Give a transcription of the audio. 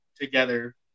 together